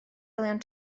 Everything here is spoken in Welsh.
olion